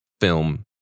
film